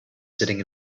sitting